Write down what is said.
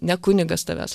ne kunigas tavęs